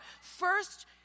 first